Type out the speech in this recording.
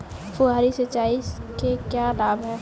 फुहारी सिंचाई के क्या लाभ हैं?